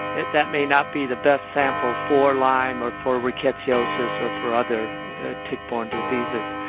that that may not be the best sample for lyme or for rickettsiosis or for other tick-borne diseases.